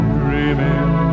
dreaming